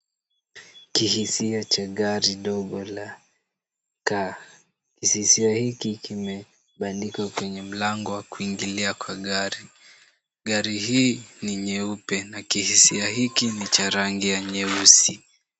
Kihisia cha gari ndogo la taa. Kihisia hiki kimebandikwa kwenye mlango wa kuingilia wa gari. Gari hii ni nyeupe na kihisia hiki ni cha rangi ya nyeusi.